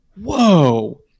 Whoa